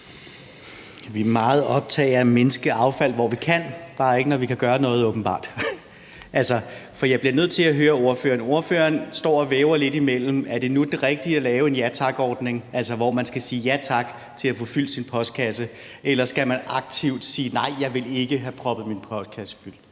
af at mindske affald, hvor vi kan, bare ikke når vi kan gøre noget, åbenbart. Så jeg bliver nødt til at spørge ordføreren om det, for ordføreren står og væver lidt, i forhold til om det nu er det rigtige at lave en Ja Tak-ordning, altså hvor man skal sige ja tak til at få fyldt sin postkasse, eller om man aktivt skal sige: Nej, jeg vil ikke have proppet min postkasse med